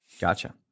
Gotcha